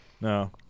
No